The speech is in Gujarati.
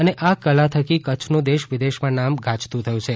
અને આ કલા થકી કચ્છનું દેશ વિદેશમાં નામ ગાજતું થયું છે